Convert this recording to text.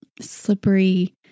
slippery